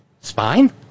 spine